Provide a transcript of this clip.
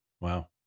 Wow